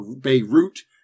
Beirut